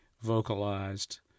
vocalized